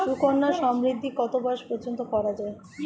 সুকন্যা সমৃদ্ধী কত বয়স পর্যন্ত করা যায়?